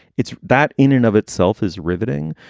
it's that in and of itself is riveting.